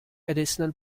additional